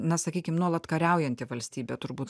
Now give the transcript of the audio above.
na sakykim nuolat kariaujanti valstybė turbūt